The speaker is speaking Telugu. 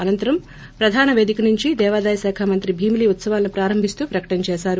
అనంతరం ప్రధాన పేదిక నుంచి దేవాదాయ శాఖ మంత్రి భీమిలి ఉత్సవాలను ప్రారంభిస్తూ ప్రకటన చేశారు